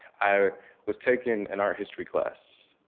i was taking an art history class.